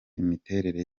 imiterere